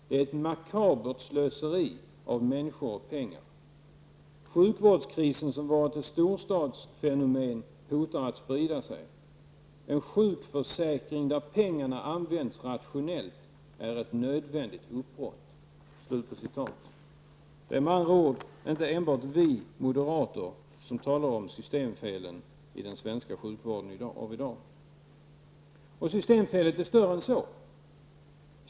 Det är ett makabert slöseri av människor och pengar. -- Sjukvårdskrisen som varit ett storstadsfenomen hotar att sprida sig. -- En sjukförsäkring där pengarna används rationellt är ett nödvändigt uppbrott.'' Det är med andra ord inte enbart vi moderater som talar om systemfelen i den svenska sjukvården av i dag. Systemfelen är större än så.